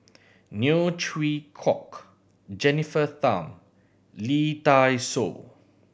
Neo Chwee Kok Jennifer Tham Lee Dai Soh